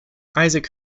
isaac